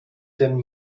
den